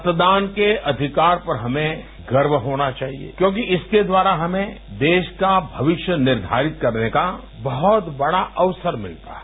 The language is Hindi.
मतदान के अधिकार पर हमें गर्व होना चाहिए क्योंकि इसके द्वारा हमें देश का भविष्य निर्धारित करने का बहत बड़ा अवसर मिलता है